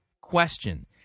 question